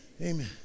Amen